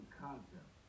concept